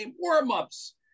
warm-ups